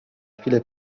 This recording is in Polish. chwilę